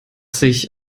sich